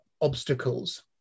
obstacles